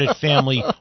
family